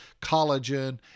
collagen